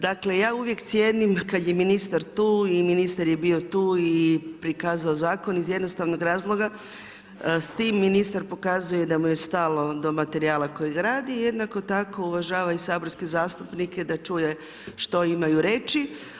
Dakle, ja uvijek cijenim kad je ministar tu i ministar je bio tu i prikazao zakon iz jednostavnog razloga s tim ministar pokazuje da mu je stalo do materijala kojeg radi, jednako tako uvažava i saborske zastupnike da čuje što imaju reći.